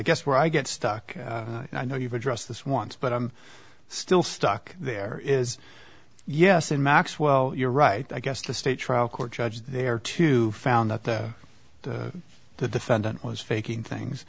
guess where i get stuck and i know you've addressed this once but i'm still stuck there is yes in maxwell you're right i guess the state trial court judge there to found out that the defendant was faking things